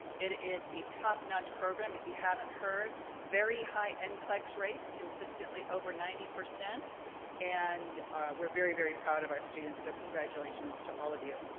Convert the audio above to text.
it is a top notch program, if you haven't heard, very high and nclex rates, consistently over ninety. and we're very, very proud of our students. so congratulations to all of you.